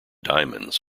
diamonds